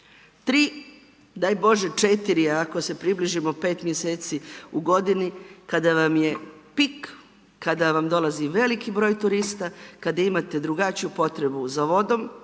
3, daj Bože 4 ako se približimo 5 mjeseci u godini kada vam je pik, kada vam dolazi veliki broj turista, kada imate drugačiju potrebu za vodom,